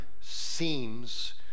seems